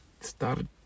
started